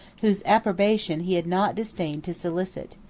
whose approbation he had not disdained to solicit.